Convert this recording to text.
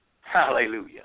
Hallelujah